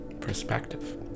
perspective